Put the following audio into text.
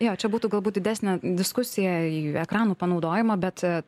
jo čia būtų galbūt didesnė diskusija ekranų panaudojimą bet